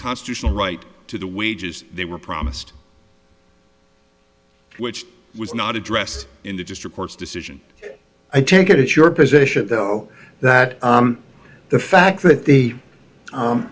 constitutional right to the wages they were promised which was not addressed in the district court's decision i take it your position though that the fact that the